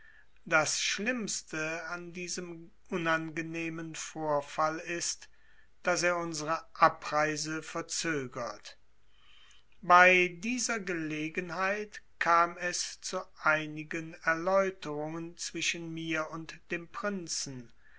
das schlimmste an diesem unangenehmen vorfall ist daß er unsre abreise verzögert bei dieser gelegenheit kam es zu einigen erläuterungen zwischen mir und dem prinzen